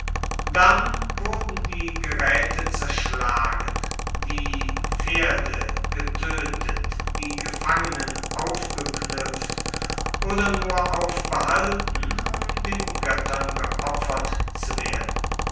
dann wurden die geräte zerschlagen die pferde getötet die gefangenen aufgeknüpft oder nur aufbehalten um den göttern geopfert zu werden